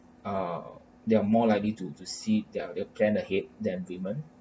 uh they are more likely to to see their their plan ahead than women